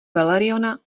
veleriona